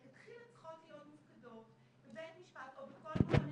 מלכתחילה התשובות צריכות להיות מופקדות בבית משפט או בכל מקום אחר,